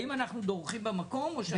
האם אנחנו דורכים במקום או מתקדמים?